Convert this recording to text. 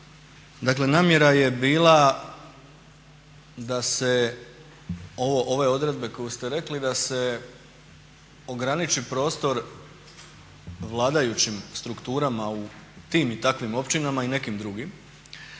Dakle namjera je bila da se ove odredbe koje ste rekli, da se ograniči prostor vladajućim strukturama u tim i takvim općinama i nekim drugim